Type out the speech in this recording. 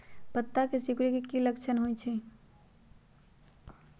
पत्ता के सिकुड़े के की लक्षण होइ छइ?